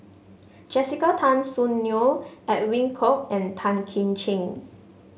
Jessica Tan Soon Neo Edwin Koek and Tan Kim Ching